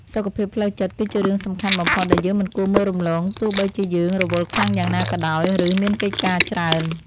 សុខភាពផ្លូវចិត្តគឺជារឿងសំខាន់បំផុតដែលយើងមិនគួរមើលរំលងទោះបីជាយើងរវល់ខ្លាំងយ៉ាងណាក៏ដោយ ឬ មានកិច្ចការច្រើន។